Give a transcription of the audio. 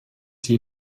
die